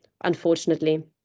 unfortunately